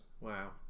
Wow